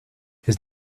his